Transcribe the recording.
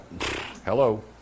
hello